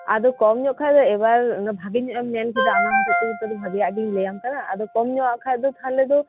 ᱟᱫᱚ ᱠᱚᱢ ᱧᱚᱜ ᱠᱷᱟᱡ ᱫᱚ ᱮᱵᱟᱨ ᱵᱷᱟᱜᱤ ᱧᱚᱜ ᱮᱢ ᱢᱮᱱ ᱠᱮᱫᱟ ᱚᱱᱟ ᱦᱚᱛᱮᱡ ᱛᱮᱜᱮ ᱵᱷᱟᱜᱤᱭᱟᱜ ᱜᱮᱧ ᱞᱟᱹᱭᱟᱢ ᱠᱟᱱᱟ ᱟᱫᱚ ᱠᱚᱢ ᱧᱚᱜᱼᱟ ᱠᱷᱟᱡ ᱫᱚ ᱛᱟᱦᱞᱮ ᱫᱚ